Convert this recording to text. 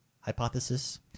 hypothesis